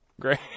great